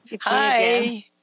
Hi